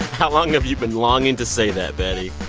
how long have you been longing to say that, betty?